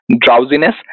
drowsiness